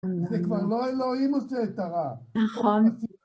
זה כבר לא אלוהים עושה את הרע. נכון.